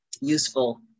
useful